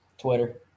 Twitter